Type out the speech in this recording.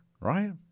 right